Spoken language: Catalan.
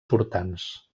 portants